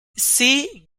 see